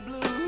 blue